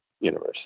universe